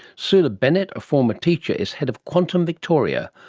soula bennett, a former teacher, is head of quantum victoria,